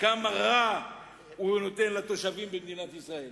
כמה רע הוא נותן לתושבים במדינת ישראל.